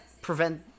prevent